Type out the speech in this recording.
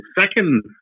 second